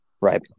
right